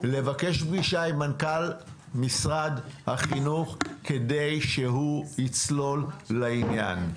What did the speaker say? לבקש פגישה עם מנכ"ל משרד החינוך כדי שהוא יצלול לעניין,